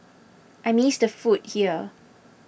I miss the food here